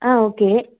ஆ okay